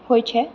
होइत छै